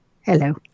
Hello